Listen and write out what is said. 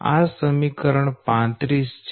આ સમીકરણ 35 છે